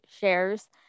shares